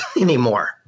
anymore